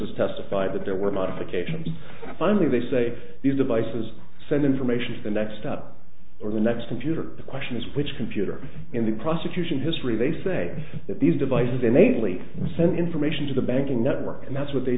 witnesses testified that there were modifications finally they say these devices send information to the next up or the next computer the question is which computer in the prosecution history they say that these devices innately send information to the banking network and that's what they